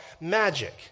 magic